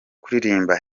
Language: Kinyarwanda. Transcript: kuririmba